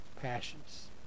passions